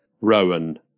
Rowan